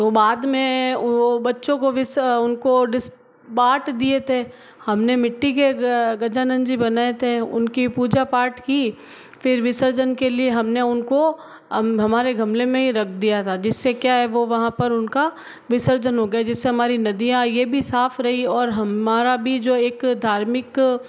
तो बाद में वो बच्चों को वीस उनको डिस बाँट दिए थे हमने मिट्टी के गा गजानंद जी बनाए थे उनकी पूजा पाठ की फिर विसर्जन के लिए हमने उनको हमारे गमले में ही रख दिया जिससे क्या है वो वहाँ पर उनका विसर्जन हो गया जिससे हमारी नदियाँ यह भी साफ रही और हमारा भी जो एक धार्मिक